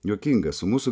juokinga su mūsų